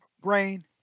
grain